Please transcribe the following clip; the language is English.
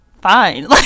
Fine